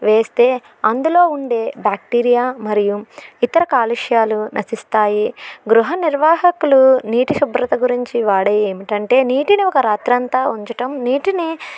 వేస్తే అందులో ఉండే బ్యాక్టీరియా మరియు ఇతర కాలుష్యాలు నశిస్తాయి గృహ నిర్వాహకులు నీటి శుభ్రత గురించి వాడేది ఏమిటంటే నీటిలో ఒక రాత్రంతా ఉంచడం నీటిని